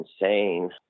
insane